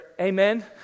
amen